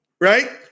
Right